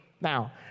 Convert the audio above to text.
Now